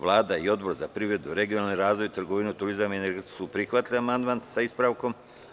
Vlada i Odbor za privredu, regionalni razvoj, trgovinu, turizam i energetiku su prihvatili amandman sa ispravkom.